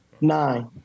nine